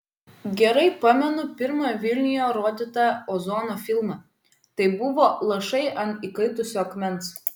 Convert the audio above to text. gerai pamenu pirmą vilniuje rodytą ozono filmą tai buvo lašai ant įkaitusio akmens